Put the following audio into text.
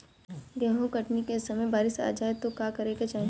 गेहुँ कटनी के समय बारीस आ जाए तो का करे के चाही?